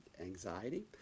anxiety